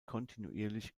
kontinuierlich